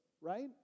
right